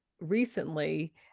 recently